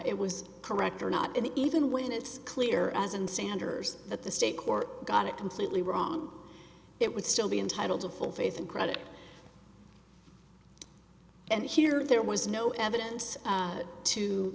it was correct or not and even when it's clear as an sanders that the state court got it completely wrong it would still be entitled to full faith and credit and here there was no evidence